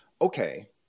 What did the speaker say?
Okay